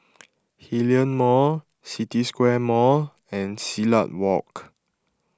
Hillion Mall City Square Mall and Silat Walk